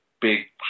big